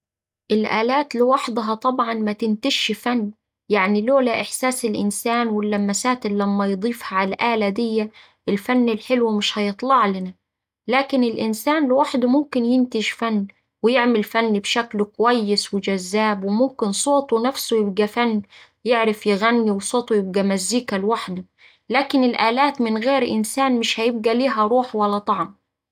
الآلات لوحدها طبعا متنتجش فن يعني لولا إحساس الإنسان واللمسات اللي أما يضيفها على الآلة دية الفن الحلو مش هيطلعلنا، لكن الإنسان لوحده ممكن ينتج فن ويعمل فن بشكل كويس وجذاب وممكن صوته نفسه يبقا فن يعرف يغني وصوته يبقا مزيكا لوحده لكن الآلات من غير إنسان مش هيبقا ليها روح ولا طعم.